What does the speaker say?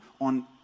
on